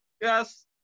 yes